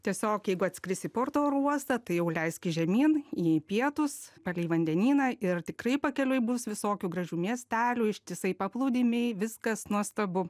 tiesiog jeigu atskrisi į porto oro uostą tai jau leiskis žemyn į pietus palei vandenyną ir tikrai pakeliui bus visokių gražių miestelių ištisai paplūdimiai viskas nuostabu